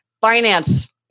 finance